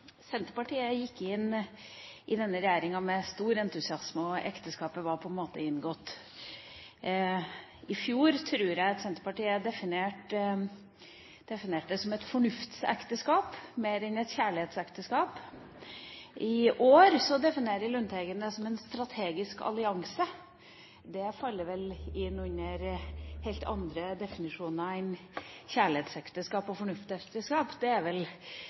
Senterpartiet gikk inn i denne regjeringen med stor entusiasme, og ekteskapet var på en måte inngått. I fjor, tror jeg, definerte Senterpartiet det som et fornuftsekteskap mer enn et kjærlighetsekteskap. I år definerer Lundteigen det som en strategisk allianse. Det faller inn under helt andre definisjoner enn kjærlighetsekteskap og fornuftsekteskap – det er vel